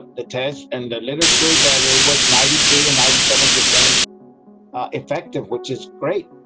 the test and literature that it was ninety three and ninety seven percent effective, which is great,